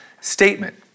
statement